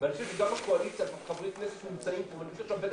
אני חושב שהבטן של חברי הכנסת מהקואליציה שנמצאים כאן מתהפכת.